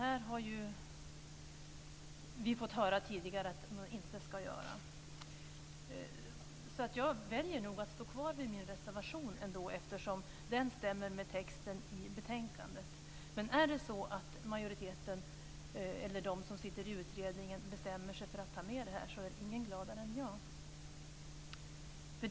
Vi har tidigare fått höra att man inte skulle göra detta. Jag väljer nog ändå att stå kvar vid min reservation, eftersom den stämmer med texten i betänkandet. Men är det så att de som sitter i utredningen bestämmer sig för att ta med det här, är ingen gladare än jag.